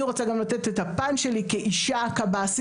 אני רוצה גם לתת את הפן שלי כאישה קב"סית.